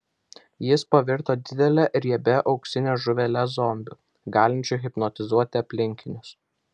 jis pavirto didele riebia auksine žuvele zombiu galinčia hipnotizuoti aplinkinius